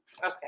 Okay